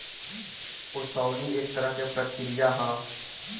ओसवनी एक तरह के प्रक्रिया ह